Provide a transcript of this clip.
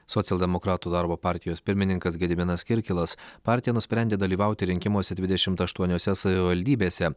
socialdemokratų darbo partijos pirmininkas gediminas kirkilas partija nusprendė dalyvauti rinkimuose dvidešimt aštuoniose savivaldybėse